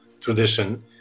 tradition